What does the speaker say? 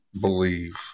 believe